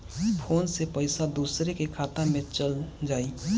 Phone से पईसा दूसरे के खाता में चल जाई?